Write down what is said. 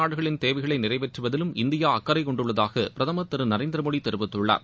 நாடுகளின் தேவைகளை நிறைவேற்றுவதிலும் இந்தியா அக்கறை கொண்டுள்ளதாக பிரதமர் திரு நரேந்திர மோடி தெரிவித்துள்ளார்